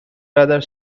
rather